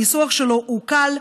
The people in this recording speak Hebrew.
הניסוח שלו הוא קל,